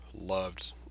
loved